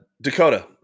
Dakota